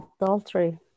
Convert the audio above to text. Adultery